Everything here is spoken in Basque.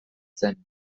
zen